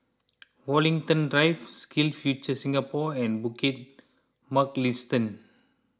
Woollerton Drive SkillsFuture Singapore and Bukit Mugliston